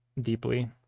deeply